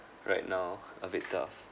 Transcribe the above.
right now a bit tough